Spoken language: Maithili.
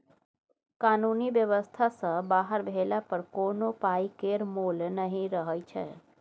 कानुनी बेबस्था सँ बाहर भेला पर कोनो पाइ केर मोल नहि रहय छै